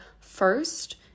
first